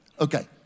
okay